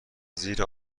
زیرا